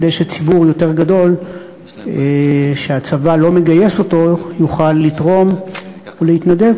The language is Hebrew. כדי שציבור יותר גדול שהצבא לא מגייס אותו יוכל לתרום ולהתנדב.